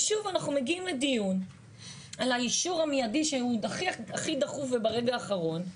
ושוב אנחנו מגיעים לדיון על האישור המיידי שהוא הכי דחוף וברגע האחרון,